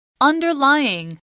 Underlying